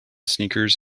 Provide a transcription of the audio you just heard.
sneakers